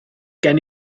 gen